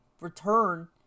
return